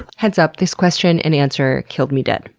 heads up, this question and answer killed me dead.